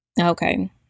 Okay